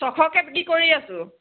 ছয়শকৈ বিক্ৰী কৰি আছোঁ